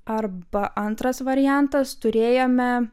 arba antras variantas turėjome